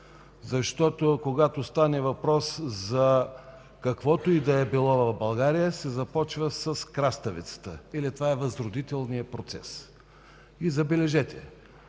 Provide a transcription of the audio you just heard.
Защото, когато стане въпрос за каквото и да било в България, се започва с „краставицата”, или това е възродителният процес. Забележете,